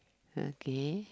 okay